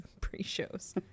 pre-shows